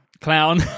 Clown